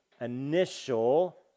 initial